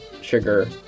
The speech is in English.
sugar